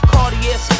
Cartier